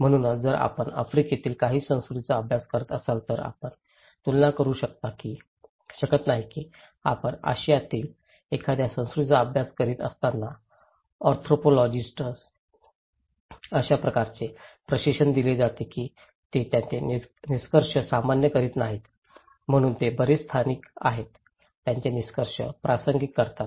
म्हणूनच जर आपण आफ्रिकेतील काही संस्कृतीचा अभ्यास करत असाल तर आपण तुलना करू शकत नाही की आपण आशियातील एखाद्या संस्कृतीचा अभ्यास करीत असताना अँथ्रोपोलॉजिस्टस अशा प्रकारे प्रशिक्षण दिले जाते की ते त्यांचे निष्कर्ष सामान्य करीत नाहीत म्हणून ते बरेच स्थानिक आहेत त्यांचे निष्कर्ष प्रासंगिक करतात